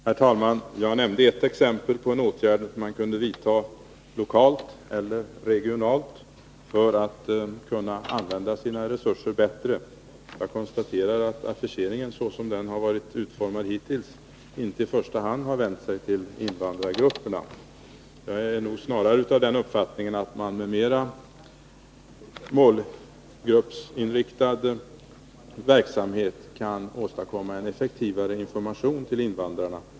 Herr talman! Jag nämnde ett exempel på en åtgärd, som kunde vidtas lokalt eller regionalt för en bättre resursanvändning. Jag konstaterar att förseningen hittills inte i första hand har drabbat invandrargrupperna. Min uppfattning är snarare den att man med mer målgruppsinriktad verksamhet kan åstadkomma en effektivare information till invandrarna.